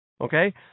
Okay